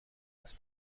است